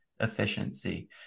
efficiency